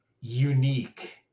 unique